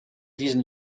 diesen